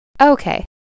Okay